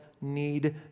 need